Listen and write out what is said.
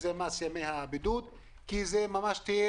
שהוא מס ימי הבידוד.